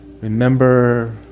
remember